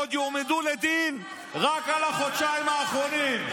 ועוד יועמדו לדין רק על החודשיים האחרונים.